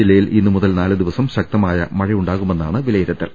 ജില്ലയിൽ ഇന്നുമുതൽ നാല് ദിവസം ശക്തമായ മഴയുണ്ടാകുമെന്നാണ് വിലയിരു ത്തൽ